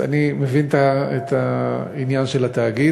אני מבין את העניין של התאגיד,